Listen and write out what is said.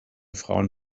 frauen